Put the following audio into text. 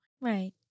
right